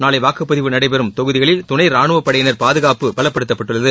நாளைவாக்குப்பதிவு நடைபெறும் தொகுதிகளில் துணைராணுவப் படையினரின் பாதுகாப்பு பலப்படுத்தப்பட்டுள்ளது